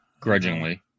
grudgingly